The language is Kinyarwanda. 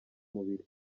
mubiri